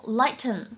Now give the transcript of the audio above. ,lighten